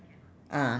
ah